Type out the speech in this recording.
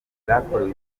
bwakorewe